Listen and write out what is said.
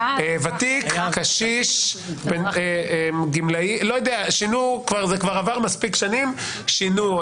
"ותיק", "קשיש", "גמלאי" עברו מספיק שנים ושינו.